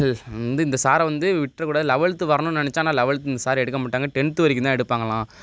வந்து இந்த சாரை வந்து விட்டுற கூடாது லவல்த்து வர்ணும்னு நினச்சேன் ஆனால் லெவல்த்து இந்த சாரு எடுக்க மாட்டாங்க டென்த்து வரைக்கும் தான் எடுப்பாங்கலாம்